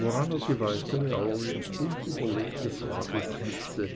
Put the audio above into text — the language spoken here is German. woran er die weitere allerdings unüberlegte frage knüpfte